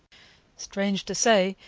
strange to say,